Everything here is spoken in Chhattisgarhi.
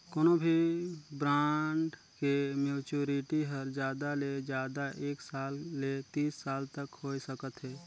कोनो भी ब्रांड के मैच्योरिटी हर जादा ले जादा एक साल ले तीस साल तक होए सकत हे